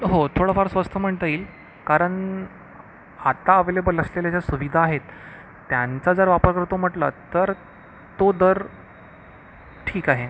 हो थोडंफार स्वस्त म्हणता येईल कारण आता ॲव्हेलेबल असलेल्या ज्या सुविधा आहेत त्यांचा जर वापर होतो म्हटलं तर तो दर ठीक आहे